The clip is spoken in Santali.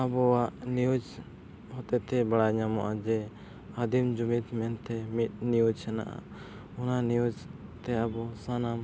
ᱟᱵᱚᱣᱟᱜ ᱦᱚᱛᱮᱛᱮ ᱵᱟᱲᱟᱭ ᱧᱟᱢᱚᱜᱼᱟ ᱡᱮ ᱟᱫᱤᱢ ᱡᱩᱢᱤᱫ ᱢᱮᱱᱛᱮ ᱢᱤᱫ ᱦᱮᱱᱟᱜᱼᱟ ᱚᱱᱟ ᱛᱮ ᱟᱵᱚ ᱥᱟᱱᱟᱢ